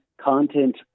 content